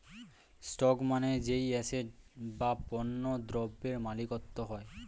stock মানে যেই asset বা পণ্য দ্রব্যের মালিকত্ব হয়